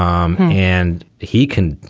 um and he can.